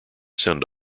send